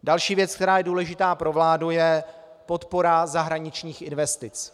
Další věc, která je důležitá pro vládu, je podpora zahraničních investic.